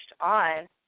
on